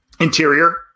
Interior